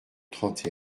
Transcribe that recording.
trente